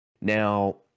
Now